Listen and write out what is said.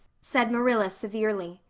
said marilla severely.